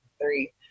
three